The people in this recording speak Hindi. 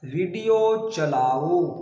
वीडिओ चलाओ